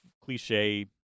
cliche